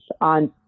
on